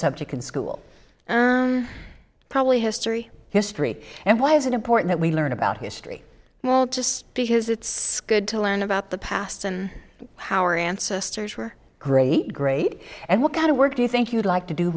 subject in school probably history history and why is it important we learn about history well just because it's good to learn about the past and how our ancestors were great great and what kind of work do you think you'd like to do